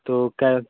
तो कै